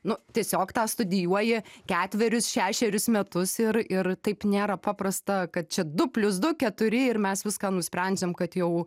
nu tiesiog tą studijuoji ketverius šešerius metus ir ir taip nėra paprasta kad čia du plius du keturi ir mes viską nusprendžiam kad jau